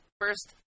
first